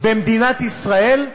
במדינת ישראל,